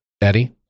Eddie